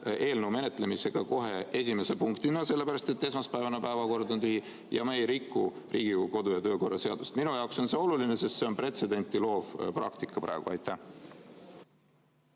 eelnõu menetlemist kohe esimese punktina, sellepärast et esmaspäevane päevakord on tühi, ja me ei riku Riigikogu kodu- ja töökorra seadust. Minu jaoks on see oluline, sest see on pretsedenti loov praktika praegu. Ma